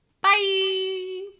bye